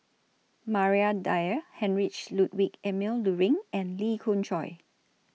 Maria Dyer Heinrich Ludwig Emil Luering and Lee Khoon Choy